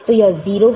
तो यह 0 है